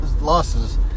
losses